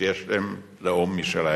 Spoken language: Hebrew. שיש להם לאום משלהם.